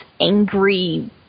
angry